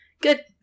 Good